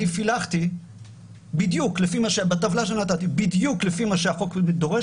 אני פילחתי בטבלה שנתתי בדיוק לפי מה שהחוק דורש,